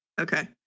Okay